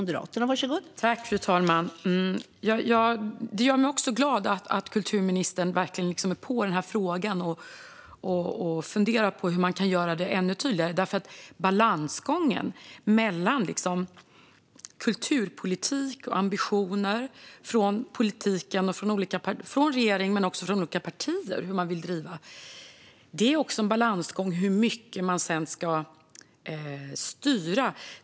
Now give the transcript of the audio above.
Fru talman! Det gör mig glad att kulturministern verkligen är på i denna fråga och funderar över hur man kan göra detta ännu tydligare. Det är nämligen en balansgång. Det handlar om kulturpolitik och ambitioner från regeringen men också från olika partier om hur man vill driva detta. Det är också en balansgång i fråga om hur mycket man sedan ska styra.